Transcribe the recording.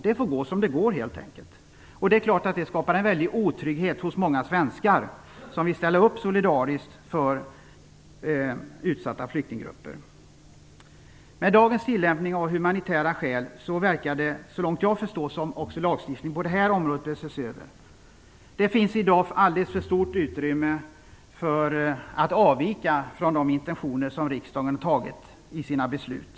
Det får gå som det går, helt enkelt. Det är klart att det skapar en otrygghet också hos många svenskar som vill ställa upp solidariskt för utsatta flyktinggrupper. Med dagens tillämpning av humanitära skäl verkar det, så långt jag förstår, som att också lagstiftningen på detta område bör ses över. Det finns i dag alldeles för stort utrymme för att avvika från de intentioner som riksdagen har lagt fast i sina beslut.